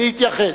להתייחס.